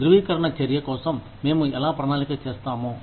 ధ్రువీకరణ చర్య కోసం మేము ఎలా ప్రణాళిక చేస్తాము